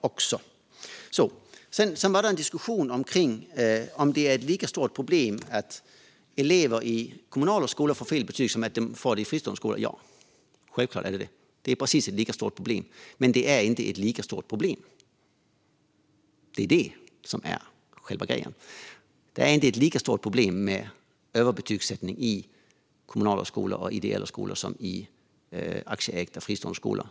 Det diskuterades om det är ett lika stort problem att elever i kommunala skolor får fel betyg som att elever i fristående skolor får det. Självklart är det ett precis lika stort problem, men det är inte ett lika utbrett problem - det är detta som är själva grejen. Det finns inte ett lika stort problem med överbetygsättning i kommunala och ideella skolor som i aktieägda fristående skolor.